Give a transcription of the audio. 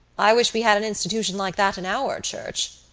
i wish we had an institution like that in our church,